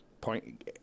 point